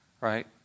right